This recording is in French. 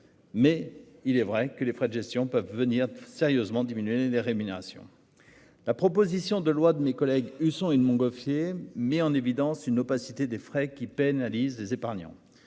Mais il est vrai que les frais de gestion peuvent venir sérieusement diminuer les rémunérations. La proposition de loi de mes collègues Husson une Montgolfier met en évidence une opacité des frais qui pénalise les épargnants